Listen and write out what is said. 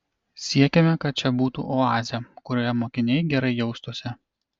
siekiame kad čia būtų oazė kurioje mokiniai gerai jaustųsi